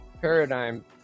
paradigm